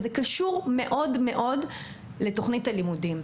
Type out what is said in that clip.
זה קשור מאוד לתכנית הלימודים,